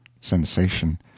Sensation